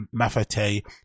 Mafate